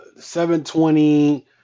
720